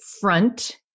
front